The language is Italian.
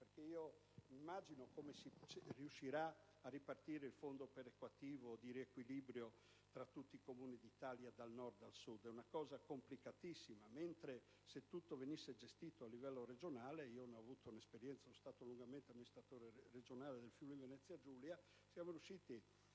riesco ad immaginare come si riuscirà a ripartire il fondo perequativo di riequilibrio tra tutti i Comuni d'Italia, dal Nord al Sud: è una cosa complicatissima, mentre, se tutto venisse gestito a livello regionale, sarebbe più semplice. Ne ho avuto esperienza diretta, essendo stato lungamente amministratore regionale del Friuli-Venezia Giulia: siamo riusciti,